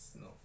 no